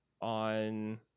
on